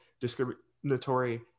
discriminatory